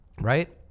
right